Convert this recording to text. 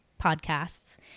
podcasts